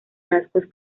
rasgos